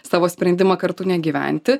savo sprendimą kartu negyventi